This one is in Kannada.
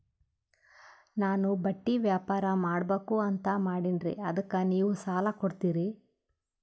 ನಾನು ಬಟ್ಟಿ ವ್ಯಾಪಾರ್ ಮಾಡಬಕು ಅಂತ ಮಾಡಿನ್ರಿ ಅದಕ್ಕ ನೀವು ಸಾಲ ಕೊಡ್ತೀರಿ?